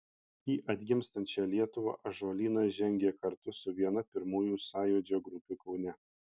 į atgimstančią lietuvą ąžuolynas žengė kartu su viena pirmųjų sąjūdžio grupių kaune